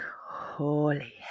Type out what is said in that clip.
holy